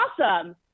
awesome